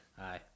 Aye